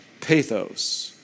Pathos